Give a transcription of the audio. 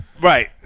right